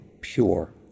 pure